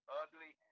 ugly